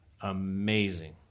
Amazing